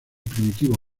primitivo